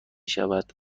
شود